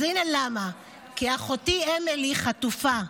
אז הינה למה: כי אחותי אמילי חטופה.